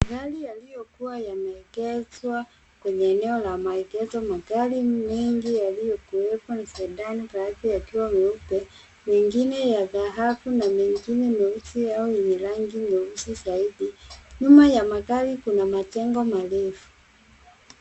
Magari yaliyokuwa yanaegezwa kwenye eneo la maegezo. Magri mengi yaliyokuwepo ni sedani , baadhi yakiwa meupe, mengine dhahabu na mengine meusi. Nyuma ya magari kuna majengo marefu.